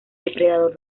depredador